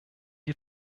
die